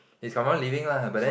is someone leaving lah but then